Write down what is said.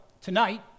tonight